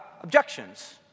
objections